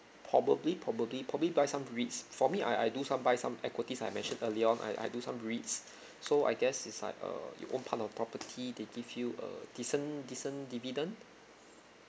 probably probably probably buy some REITS for me I I do some buy some equities I mentioned earlier on I I do some REITS so I guess is like uh you own part of property they give you a decent decent dividend